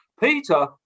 Peter